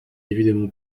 évidemment